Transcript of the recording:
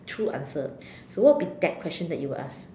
true answer so what would be that question that you would ask